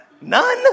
None